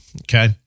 Okay